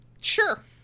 sure